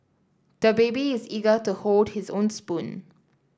the baby is eager to hold his own spoon